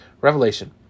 Revelation